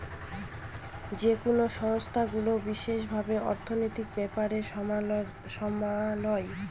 যেকোনো সংস্থাগুলো বিশেষ ভাবে অর্থনীতির ব্যাপার সামলায়